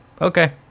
okay